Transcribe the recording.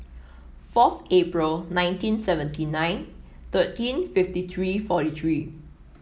fourth April nineteen seventy nine thirteen fifty three forty three